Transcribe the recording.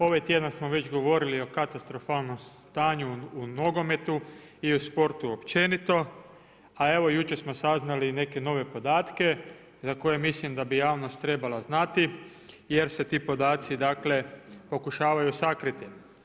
Ovaj tjedan smo već govorili o katastrofalnom stanju u nogometu i u sportu općenito, a evo jučer smo saznali i neke nove podatke za koje mislim da bi javnost trebala znati, jer se ti podaci dakle pokušavaju sakriti.